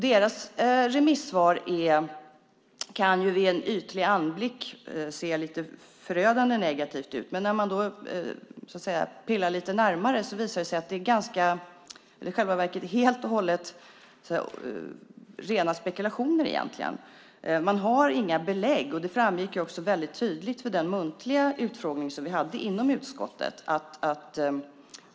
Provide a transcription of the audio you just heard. Deras remissvar kan vid en ytlig anblick se förödande negativt ut, men när man tittar närmare visar det sig att det är rena spekulationer. Man har inga belägg. Det framgick också tydligt vid den muntliga utfrågning som vi hade inom utskottet.